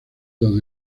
dos